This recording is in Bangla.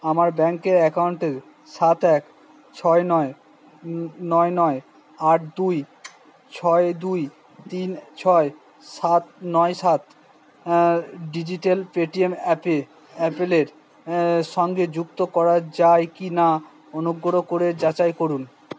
আমার ব্যাঙ্কের অ্যাকাউন্টে সাত এক ছয় নয় নয় নয় আট দুই ছয় দুই তিন ছয় সাত নয় সাত ডিজিটাল পেটিএম অ্যাপে অ্যাপেলের সঙ্গে যুক্ত করা যায় কি না অনুগ্রহ করে যাচাই করুন